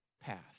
path